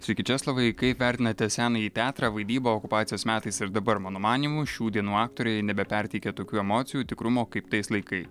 sveiki česlovai kaip vertinate senąjį teatrą vaidybą okupacijos metais ir dabar mano manymu šių dienų aktoriai nebeperteikia tokių emocijų tikrumo kaip tais laikai